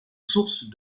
source